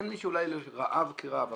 אין אולי רעב כרעב,